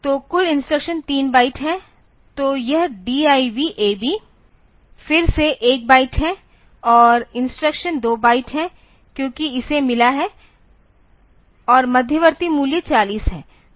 तो कुल instruction 3 byte है तो यह DIV AB फिर से 1 बाइट है और यह इंस्ट्रक्शन 2 बाइट है क्योंकि इसे मिला है और मध्यवर्ती मूल्य 40 है